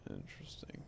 Interesting